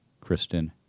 Kristen